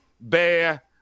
bear